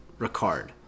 Ricard